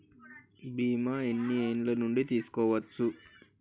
బీమా ఎన్ని ఏండ్ల నుండి తీసుకోవచ్చు?